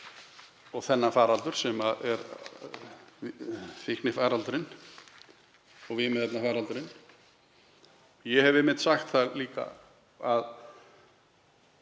og þennan faraldur sem er fíknifaraldurinn, vímuefnafaraldurinn. Ég hef einmitt sagt það líka að